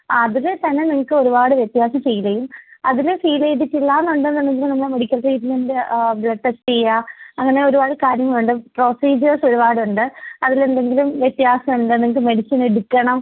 അതില് തന്നെ നിങ്ങൾക്ക് ഒരുപാട് വ്യത്യാസം ഫീൾ ചെയ്യും അതിൽ ഫീല് ചെയ്തിട്ടില്ല എന്നുണ്ട് എന്നുണ്ടെങ്കിൽ നമ്മൾ മെഡിക്കൽ ട്രീറ്റ്മെൻറ്റ് ബ്ലഡ് ടെസ്റ്റ് ചെയ്യുക അങ്ങനെ ഒരുപാട് കാര്യങ്ങളുണ്ട് പ്രൊസീജ്യേഴ്സ് ഒരുപാടുണ്ട് അതിലെന്തെങ്കിലും വ്യത്യാസമുണ്ട് നിങ്ങൾക്ക് മെഡിസിൻ എടുക്കണം